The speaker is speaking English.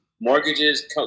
Mortgages